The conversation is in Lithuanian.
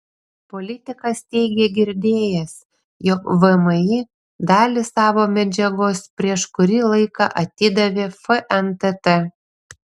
politikas teigė girdėjęs jog vmi dalį savo medžiagos prieš kurį laiką atidavė fntt